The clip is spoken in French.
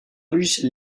logiciel